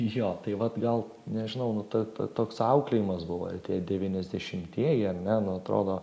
jo tai vat gal nežinau nu ta toks auklėjimas buvo tie devyniasdešimtieji ar ne nu atrodo